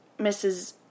Mrs